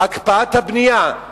הקפאת הבנייה,